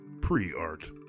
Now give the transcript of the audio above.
Pre-art